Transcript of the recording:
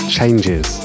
Changes